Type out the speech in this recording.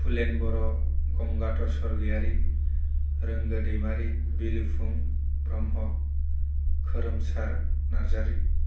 Phulen Boro Gangadhar Swargiary Rongo Daimary Bilophung Brahma Khoromsar Narzary